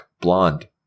Blonde